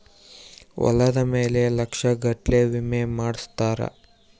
ಹೊಲದ ಮೇಲೆ ಲಕ್ಷ ಗಟ್ಲೇ ವಿಮೆ ಮಾಡ್ಸಿರ್ತಾರ